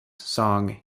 song